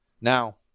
Now